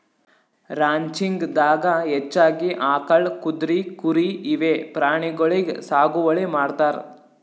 ranching ದಾಗಾ ಹೆಚ್ಚಾಗಿ ಆಕಳ್, ಕುದ್ರಿ, ಕುರಿ ಇವೆ ಪ್ರಾಣಿಗೊಳಿಗ್ ಸಾಗುವಳಿ ಮಾಡ್ತಾರ್